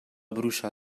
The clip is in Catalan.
bruixa